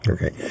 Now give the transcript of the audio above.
Okay